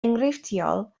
enghreifftiol